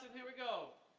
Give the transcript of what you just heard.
here we go.